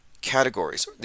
categories